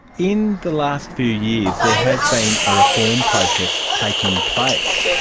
in the last few years there has been a reform process taking place,